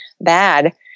bad